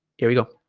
here we go